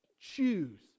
choose